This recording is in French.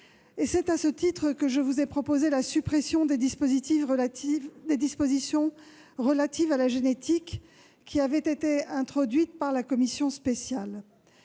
C'est à ce titre que j'ai proposé la suppression des dispositions relatives à la génétique introduites par la commission spéciale.